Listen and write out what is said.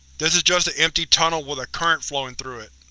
this is just an empty tunnel with a current flowing through it.